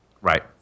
Right